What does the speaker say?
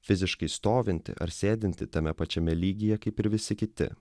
fiziškai stovintį ar sėdintį tame pačiame lygyje kaip ir visi kiti